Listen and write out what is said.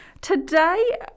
today